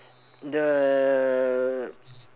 the